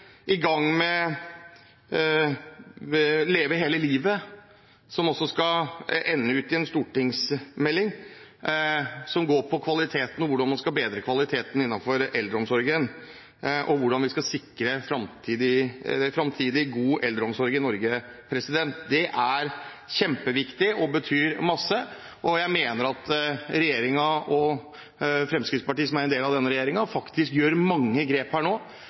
i gang med Leve hele livet, som også skal ende med en stortingsmelding som handler om kvalitet, hvordan man skal bedre kvaliteten innenfor eldreomsorgen, og hvordan vi skal sikre fremtidig god eldreomsorg i Norge. Det er kjempeviktig og betyr masse, og jeg mener at regjeringen og Fremskrittspartiet, som er en del av denne regjeringen, faktisk tar mange grep her nå.